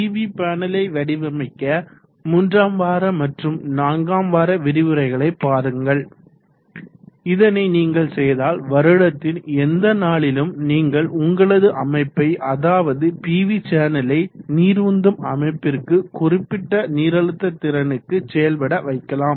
PV பேனலை வடிவமைக்க 3ம் வார மற்றும் 4ம் வார விரிவுரைகளை பாருங்கள் இதனை நீங்கள் செய்தால் வருடத்தின் எந்த நாளிலும் நீங்கள் உங்களது அமைப்பை அதாவது பிவி சேனலை நீர் உந்தும் அமைப்பிற்கு குறிப்பிட்ட நீரழுத்த திறனுக்கு செயல்பட வைக்கலாம்